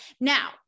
Now